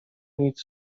nic